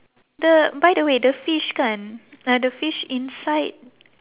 the by the way the fish kan uh the fish inside